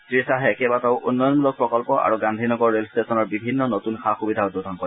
শ্ৰীখাহে কেইবাটাও উন্নয়নমূলক প্ৰকল্প আৰু গালীনগৰ ৰেল ট্টেচনৰ বিভিন্ন নতুন সা সুবিধা উদ্বোধন কৰে